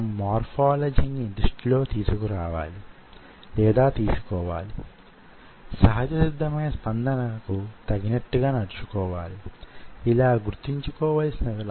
పాత హౌరా బ్రిడ్జి గురించి మీలో తెలిసిన వారు ఆ బ్రిడ్జి ఏకైక సపోర్ట్ సిస్టమ్ కాదని గుర్తించి వుంటారు